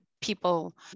people